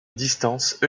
distance